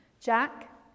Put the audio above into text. Jack